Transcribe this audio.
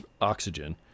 oxygen